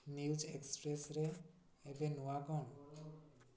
news ଏକ୍ସପ୍ରେସ୍ରେ ଏବେ ନୂଆ କ'ଣ